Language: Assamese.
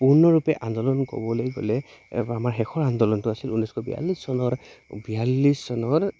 পূৰ্ণৰূপে আন্দোলন ক'বলৈ গ'লে আমাৰ শেষৰ আন্দোলনটো আছিল ঊনৈছশ বিয়াল্লিছ চনৰ বিয়াল্লিছ চনৰ